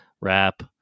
rap